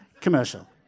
Commercial